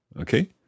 okay